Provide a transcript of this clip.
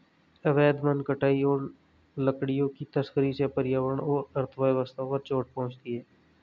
अवैध वन कटाई और लकड़ियों की तस्करी से पर्यावरण और अर्थव्यवस्था पर चोट पहुँचती है